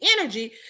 energy